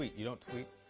you don't tweet?